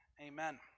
Amen